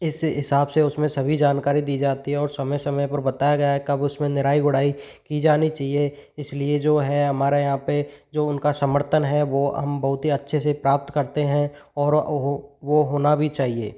इस हिसाब से उसमें सभी जानकारी दी जाती है और समय समय पर बताया गया है कब उसमें निराई गुड़ाई की जानी चाहिए इसलिए जो है हमारे यहाँ पर जो उनका समर्थन है वह हम बहुत ही अच्छे से प्राप्त करते हैं और वह होना भी चाहिए